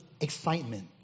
excitement